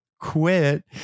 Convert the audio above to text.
quit